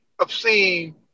obscene